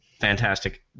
Fantastic